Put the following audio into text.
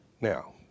Now